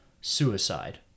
suicide